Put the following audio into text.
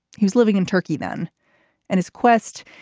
he was living in turkey then and his quest.